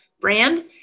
brand